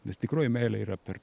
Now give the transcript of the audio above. nes tikroji meilė yra per